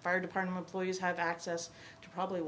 fire department lawyers have access to probably